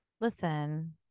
listen